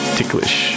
Ticklish